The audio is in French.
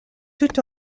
tout